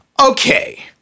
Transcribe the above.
Okay